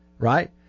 Right